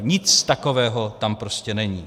Nic takového tam prostě není.